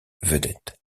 vedette